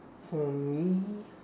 for me